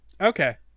Okay